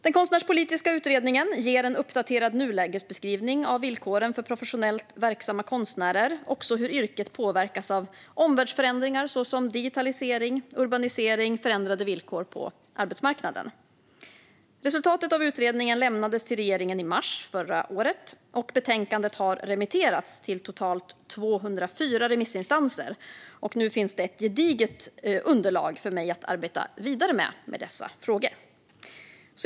Den konstnärspolitiska utredningen ger en uppdaterad nulägesbeskrivning av villkoren för professionellt verksamma konstnärer och hur yrket påverkas av omvärldsförändringar såsom digitalisering, urbanisering och förändrade villkor på arbetsmarknaden. Resultatet av utredningen lämnades till regeringen i mars förra året, och betänkandet har remitterats till totalt 204 remissinstanser. Det finns nu ett gediget underlag för mig att arbeta vidare med i dessa frågor.